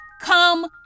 come